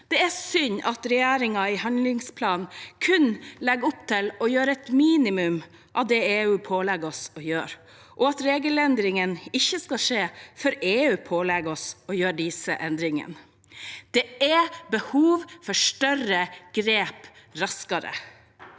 Det er synd at regjeringen i handlingsplanen kun legger opp til å gjøre et minimum av det EU pålegger oss å gjøre, og at regelendringene ikke skal skje før EU pålegger oss å gjøre disse endringene. Det er behov for større grep raskere.